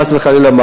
חס וחלילה,